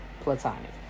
platonic